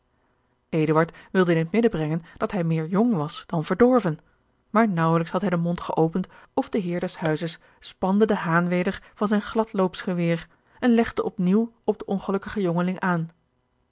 wilde in het midden brengen dat hij meer jong was dan verdorven maar naauwelijks had hij den mond geopend of de heer des huizes spande den haan weder van zijn gladloopsgeweer en legde op nieuw op den ongelukkigen jongeling aan